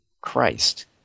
Christ